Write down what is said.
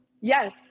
Yes